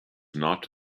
not